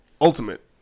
Ultimate